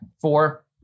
four